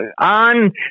on